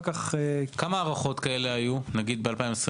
כמה ההארכות כאלה היו ב-2021-2022?